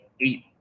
eight